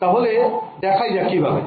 তাহলে দেখাই যাক কিভাবে